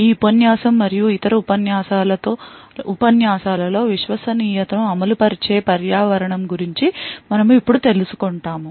ఈ ఉపన్యాసం మరియు ఇతర ఉపన్యాసాలలో విశ్వసనీయతను అమలు పరిచే పర్యావరణం గురించి మనము ఇప్పుడు తెలుసు కుంటాము